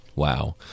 Wow